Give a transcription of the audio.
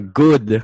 good